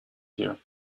here